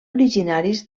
originaris